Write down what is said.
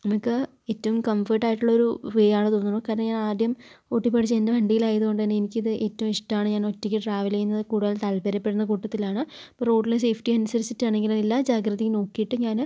നമ്മുക്ക് ഏറ്റവും കംഫേർട്ട് ആയിട്ടുള്ളൊരു വേയാണ് തോന്നുണു കാരണം ഞാൻ ആദ്യം ഓട്ടി പഠിച്ചത് എൻ്റെ വണ്ടിയിലായതുകൊണ്ട് തന്നെ എനിക്കിത് ഏറ്റവും ഇഷ്ടമാണ് ഞാൻ ഒറ്റയ്ക്ക് ട്രാവൽ ചെയ്യുന്നത് കൂടുതൽ താൽപര്യപ്പെടുന്ന കൂട്ടത്തിലാണ് ഇപ്പോൾ റോഡിൽ സേഫ്റ്റി അനുസരിച്ചിട്ട് ആണെങ്കിൽ എല്ലാ ജാഗ്രതയും നോക്കിയിട്ടു ഞാൻ